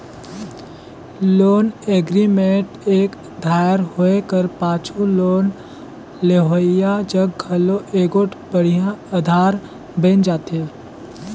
loan agreement एक धाएर होए कर पाछू लोन लेहोइया जग घलो एगोट बड़िहा अधार बइन जाथे